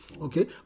Okay